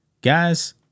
Guys